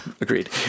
Agreed